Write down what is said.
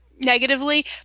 Negatively